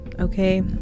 okay